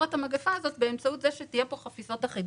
את המגיפה הזאת באמצעות זה שיהיו כאן חפיסות אחידות.